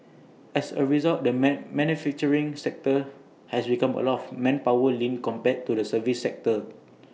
as A result the manufacturing sector has become A lot more manpower lean compared to the services sector